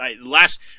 last